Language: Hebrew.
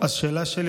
השאלה שלי,